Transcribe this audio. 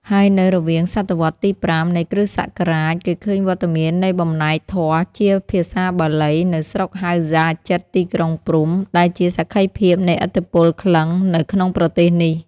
ហើយនៅរវាងសតវត្សរ៍ទី៥ នៃគ្រិស្តសករាជគេឃើញវត្តមាននៃបំណែក ធម៌ ជាភាសាបាលី នៅស្រុកហៅហ្សាជិតទីក្រុងព្រហ្ម ដែលជាសក្ខីភាពនៃឥទ្ធិពលក្លិង្គ នៅក្នុងប្រទេសនេះ ។